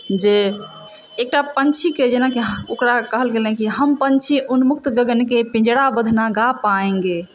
जे एकटा पङ्क्षीके जेनाकि ओकरा कहल गेलय हँ हम पंछी उन्मुक्त गगनके पिञ्जरावध ना गा पायेंगे